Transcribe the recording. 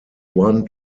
one